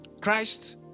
Christ